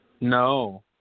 No